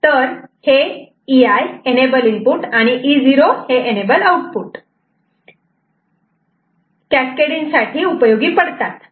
तर हे EI आणि EO हे एनेबल इनपुट आणि एनेबल आउटपुट कॅस्कॅडींग साठी उपयोगी पडतात